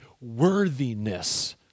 worthiness